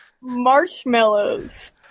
Marshmallows